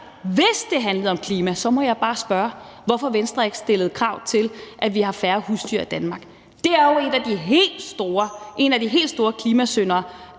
Hvis det handlede om klima, må jeg bare spørge, hvorfor Venstre ikke stillede krav om, at vi har færre husdyr i Danmark. Det er jo en af de helt store klimasyndere.